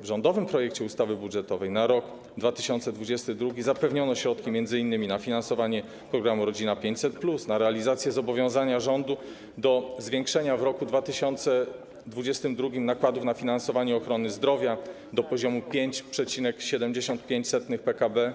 W rządowym projekcie ustawy budżetowej na rok 2022 zapewniono środki m.in.: na finansowanie programu „Rodzina 500+”; na realizację zobowiązania rządu do zwiększenia w roku 2022 nakładów na finansowanie ochrony zdrowia do poziomu 5,75% PKB;